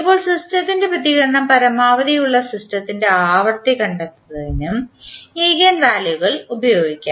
ഇപ്പോൾ സിസ്റ്റത്തിൻറെ പ്രതികരണം പരമാവധി ഉള്ള സിസ്റ്റത്തിൻറെ ആവൃത്തി കണ്ടെത്തുന്നതിനും ഈഗൻ വാല്യുകൾ ഉപയോഗിക്കാം